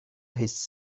his